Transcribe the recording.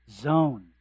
zone